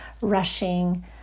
rushing